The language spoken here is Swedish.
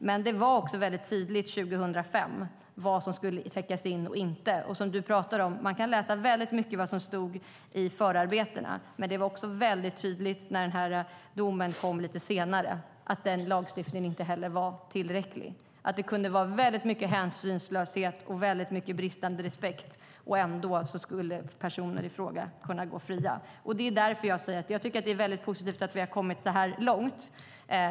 Men det var väldigt tydligt 2005 vad som skulle täckas in och inte. Som du talar om kan man läsa mycket vad som stod i förarbetena. Men det var också väldigt tydligt när domen kom lite senare att inte heller den lagstiftningen var tillräcklig. Det kunde vara väldigt mycket hänsynslöshet och väldigt mycket bristande respekt och ändå skulle personen i fråga kunna gå fri. Det är mycket positivt att vi har kommit så här långt.